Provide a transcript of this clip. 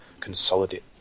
consolidate